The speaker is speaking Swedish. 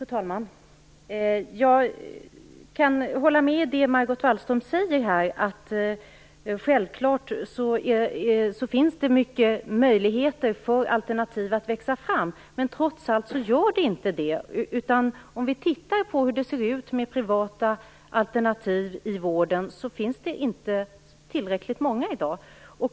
Fru talman! Jag kan hålla med om det Margot Wallström säger här. Det finns självfallet många möjligheter för alternativ att växa fram, men trots allt sker inte det. Om vi tittar på hur det ser ut med privata alternativ i vården, ser vi att det inte finns tillräckligt många i dag.